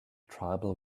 tribal